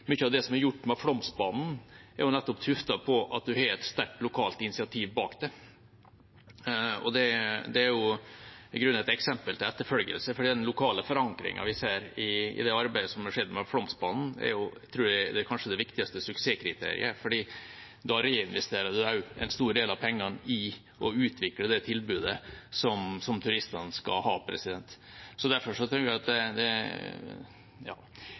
av det som er gjort med Flåmsbanen, er tuftet nettopp på at man har et sterkt lokalt initiativ bak det. Det er i grunnen et eksempel til etterfølgelse, for den lokale forankringen vi ser i det arbeidet som har skjedd med Flåmsbanen, tror jeg kanskje er det viktigste suksesskriteriet, for da reinvesterer man også en stor del av pengene i å utvikle det tilbudet som turistene skal ha. Jeg opplever at statsråden også håndterer dette med varsomhet, i den forstand at det